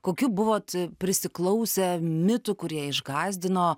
kokių buvot prisiklausę mitų kurie išgąsdino